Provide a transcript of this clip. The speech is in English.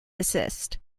desist